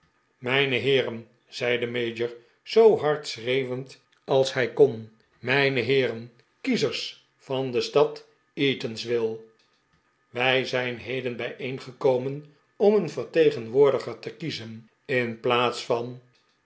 mijne heeren zei de mayor zoo hard schreeuwend als hij kon mijne heeren kiezers van de stad eatanswilll wij zijn heden bijeengekomen om een vertegenwoordiger te kiezen in plaats van